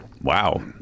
Wow